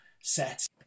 set